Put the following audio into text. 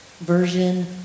version